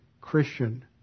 Christian